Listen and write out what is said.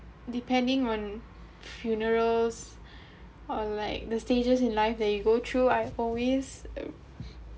depending on funerals or like the stages in life that you go through I've always um